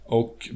och